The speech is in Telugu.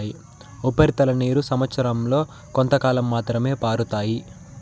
ఉపరితల నీరు సంవచ్చరం లో కొంతకాలం మాత్రమే పారుతాయి